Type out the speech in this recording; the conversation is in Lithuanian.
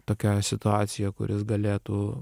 tokią situaciją kur jis galėtų